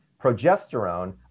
progesterone